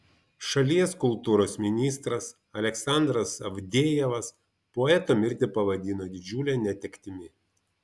šalies kultūros ministras aleksandras avdejevas poeto mirtį pavadino didžiule netektimi